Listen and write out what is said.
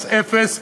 מס אפס,